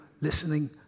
listening